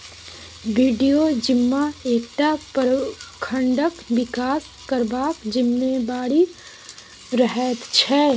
BDO जिम्मा एकटा प्रखंडक बिकास करबाक जिम्मेबारी रहैत छै